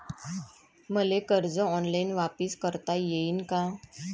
मले कर्ज ऑनलाईन वापिस करता येईन का?